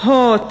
"הוט",